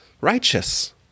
righteous